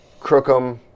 Crookham